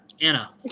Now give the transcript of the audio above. Anna